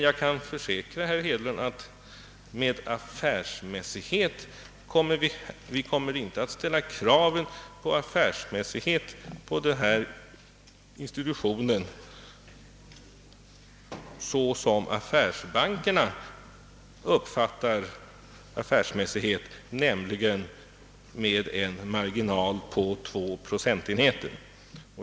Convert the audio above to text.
Jag kan försäkra herr Hedlund att vi inte kommer att ställa kraven på affärsmässighet beträffande denna institution så att den uppfyller affärsbankernas krav på affärsmässighet, nämligen att den får en marginal av två procentenheter.